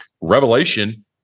Revelation